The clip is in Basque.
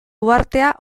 uhartea